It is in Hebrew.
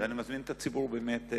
ואני מזמין את הציבור לגלוש: